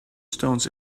stones